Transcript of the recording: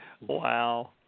Wow